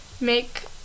make